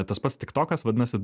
tas pats tiktokas vadinasi